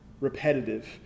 repetitive